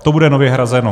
To bude nově hrazeno.